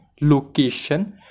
location